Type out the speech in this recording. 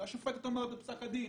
השופטת אומרת בפסק הדין